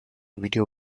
video